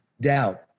doubt